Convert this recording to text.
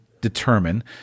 determine